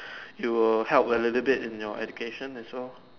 it will help a little bit in your education as well